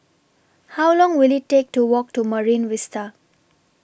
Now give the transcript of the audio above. How Long Will IT Take to Walk to Marine Vista